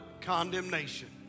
condemnation